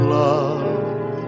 love